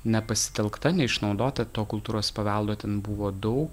nepasitelkta neišnaudota to kultūros paveldo ten buvo daug